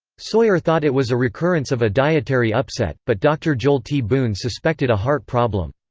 sawyer thought it was a recurrence of a dietary upset, but dr. joel t. boone suspected a heart problem.